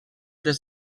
des